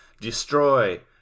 Destroy